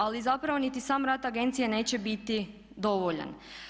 Ali zapravo niti sam rad agencije neće biti dovoljan.